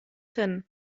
hin